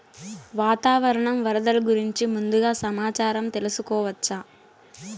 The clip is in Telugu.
వాతావరణం వరదలు గురించి ముందుగా సమాచారం తెలుసుకోవచ్చా?